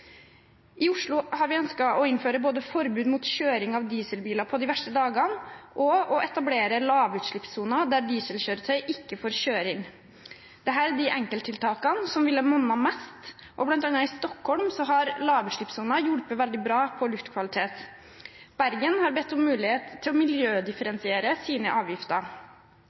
I Oslo har vi ønsket å innføre både forbud mot kjøring av dieselbiler på de verste dagene og å etablere lavutslippssoner der dieselkjøretøy ikke får kjøre inn. Dette er de enkelttiltakene som ville monnet mest. Blant annet i Stockholm har lavutslippssoner hjulpet veldig bra på luftkvaliteten. Bergen har bedt om mulighet til å miljødifferensiere sine avgifter.